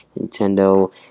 Nintendo